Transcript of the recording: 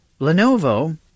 Lenovo